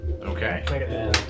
Okay